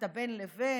אתה בין לבין?